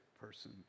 person